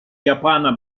japaner